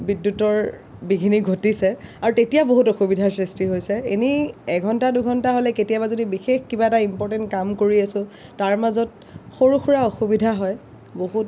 বিদ্যুতৰ বিঘিনি ঘটিছে আৰু তেতিয়া বহুত অসুবিধাৰ সৃষ্টি হৈছে এনেই এঘণ্টা দুঘণ্টা হ'লে কেতিয়াবা যদি বিশেষ কিবা এটা ইমপৰ্টেণ্ট কাম কৰি আছোঁ তাৰ মাজত সৰু সুৰা অসুবিধা হয় বহুত